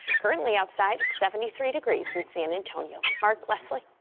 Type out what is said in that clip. currently outside seventy three degrees in san antonio mark leslie.